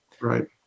Right